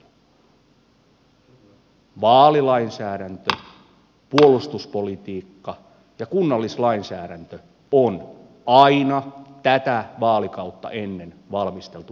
vaalilainsäädäntö puolustuspolitiikka ja kunnallislainsäädäntö on aina tätä vaalikautta ennen valmisteltu parlamentaarisesti